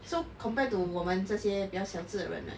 so compared to 我们这些比较小只的人 right